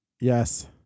Yes